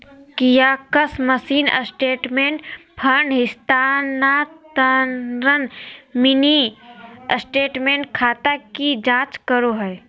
kiosk machine statement, fund हस्तानान्तरण, mini statement, खाता की जांच करो हइ